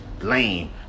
lame